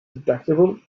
deductible